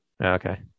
Okay